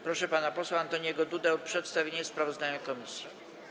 Proszę pana posła Antoniego Dudę o przedstawienie sprawozdania komisji.